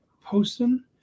Poston